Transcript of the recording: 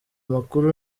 makuru